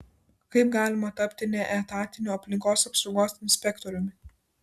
kaip galima tapti neetatiniu aplinkos apsaugos inspektoriumi